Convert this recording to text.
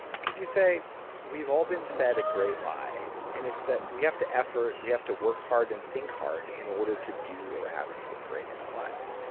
because you say we've all been fed a great lie and it's that we have effort, we have to work hard and think hard in order to do or have anything great in our lives.